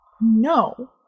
No